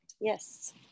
Yes